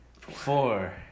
Four